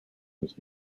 was